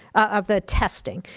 of the testing.